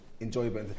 enjoyable